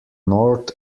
north